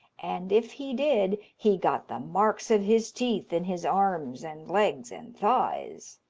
and if he did, he got the marks of his teeth in his arms, and legs, and thighs.